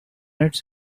its